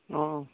অঁ